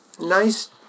Nice